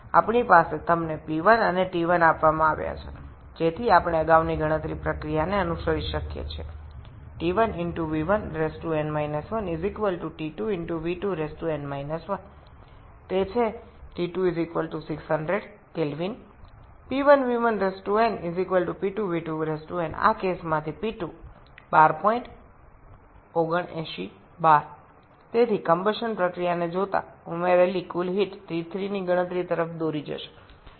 সুতরাং আমাদের কাছে P1 এবং T1 দেওয়া আছে যাতে আমরা আগের কোনও পদ্ধতি অনুসরণ করতে পারি যা গণনা করতে পারে 𝑇1𝑣1𝑛−1 𝑇2𝑣2𝑛−1 এটি হলো T2 600 K 𝑃1𝑣1𝑛 𝑃2𝑣2𝑛 এই ক্ষেত্রে P2 1279 bar সুতরাং দহন প্রক্রিয়া প্রদত্ত মোট তাপের যোগফল T3 এর গণনায় সাহায্য করবে